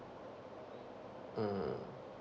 mm